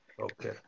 Okay